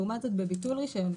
לעומת זאת בביטול רישיון,